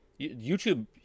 YouTube